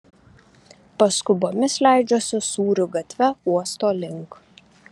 paskubomis leidžiuosi sūrių gatve uosto link